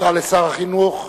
תודה לשר החינוך.